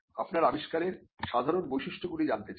আপনার আবিষ্কারের সাধারণ বৈশিষ্ট্য গুলো জানতে চায়